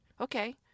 Okay